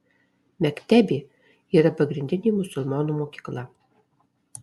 mektebė yra pradinė musulmonų mokykla